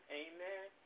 amen